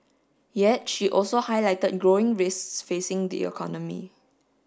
yet she also highlighted growing risks facing the economy